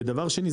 ודבר שני,